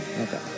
Okay